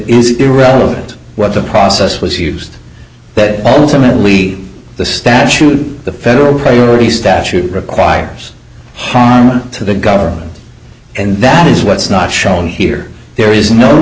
irrelevant what the process was used that time and leave the statute the federal priority statute requires harm to the government and that is what's not shown here there is no